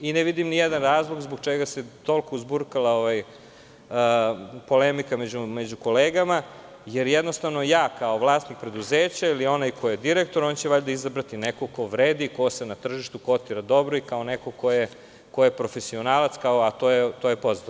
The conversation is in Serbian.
Ne vidim ni jedan razlog zbog čega se toliko uzburkala polemika među kolegama, jer ja kao vlasnik preduzeća ili onaj ko je direktor će valjda izabrati nekog ko vredi, ko se na tržištu kotira dobro i kao neko ko je profesionalac, a to je poznato.